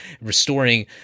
restoring